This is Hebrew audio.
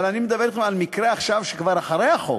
אבל אני מדבר אתך על מקרה עכשיו, כבר אחרי החוק.